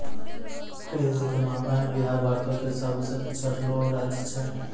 कृषि के मामला मे बिहार भारतो के सभ से पिछड़लो राज्य छै